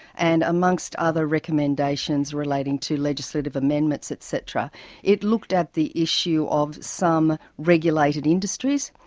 and amongst other recommendations relating to legislative amendments et cetera it looked at the issue of some regulated industries.